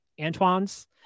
Antoine's